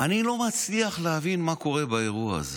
לא מצליח להבין מה קורה באירוע הזה.